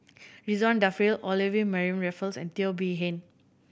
Ridzwan Dzafir Olivia Mariamne Raffles and Teo Bee Yen